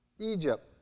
Egypt